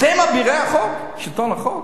אתם אבירי החוק של שלטון החוק,